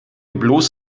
bloß